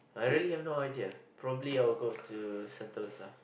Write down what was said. I really have no idea probably I will go to Sentosa